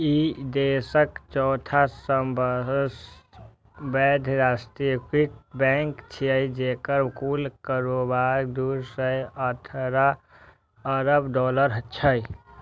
ई देशक चौथा सबसं पैघ राष्ट्रीयकृत बैंक छियै, जेकर कुल कारोबार दू सय अठारह अरब डॉलर छै